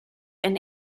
and